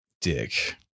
dick